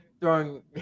throwing